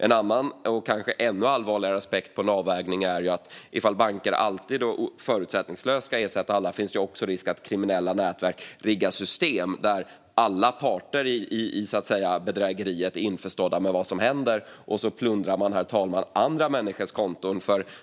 En annan och kanske ännu allvarligare aspekt och avvägning är att om banker alltid och förutsättningslöst ska ersätta alla finns det risk för att kriminella nätverk riggar system för att utnyttja detta. Det kan vara så att alla parter i bedrägeriet är införstådda med vad som händer och plundrar andra människors konton.